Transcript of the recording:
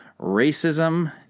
racism